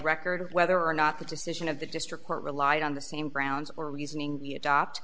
record whether or not the decision of the district court relied on the same grounds or reasoning you adopt